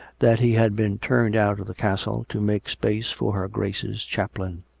that he had been turned out of the castle to make space for her grace's chaplain.